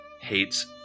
hates